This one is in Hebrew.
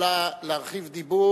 עכשיו את יכולה להרחיב דיבור